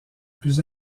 plus